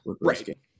Right